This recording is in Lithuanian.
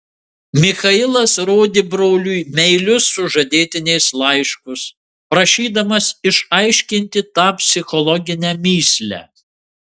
michailas rodė broliui meilius sužadėtinės laiškus prašydamas išaiškinti tą psichologinę mįslę